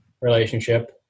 relationship